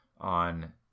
on